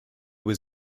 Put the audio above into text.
was